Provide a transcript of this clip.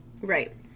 Right